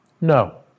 no